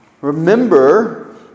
Remember